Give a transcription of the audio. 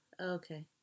Okay